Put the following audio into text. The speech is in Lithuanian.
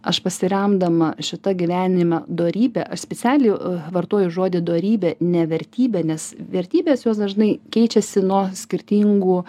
aš pasiremdama šita gyvenime dorybe aš specialiai vartoju žodį dorybė ne vertybė nes vertybės jos dažnai keičiasi nuo skirtingų